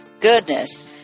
Goodness